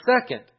second